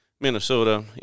Minnesota